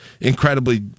incredibly